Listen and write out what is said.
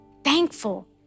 thankful